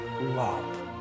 love